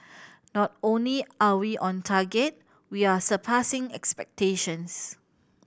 not only are we on target we are surpassing expectations